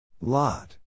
Lot